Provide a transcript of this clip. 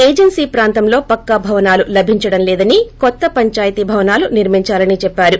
agency ప్రాంతంలో పక్కా భవనాలు లభించడం లేదని కొత్త పంచాయతీ భవనాలు నిర్మిందాలని చెప్పారు